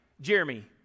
Jeremy